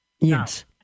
Yes